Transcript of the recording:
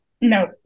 No